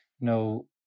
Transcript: no